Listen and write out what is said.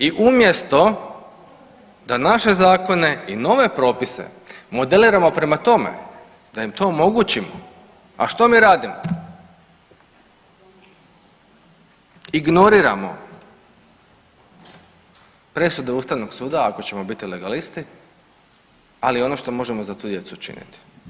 I umjesto da naše zakone i nove propise modeliramo prema tome, da im to omogućimo, a što mi radimo, ignoriramo presude Ustavnog suda ako ćemo biti legalisti ali i ono što možemo za tu djecu učiniti.